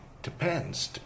Depends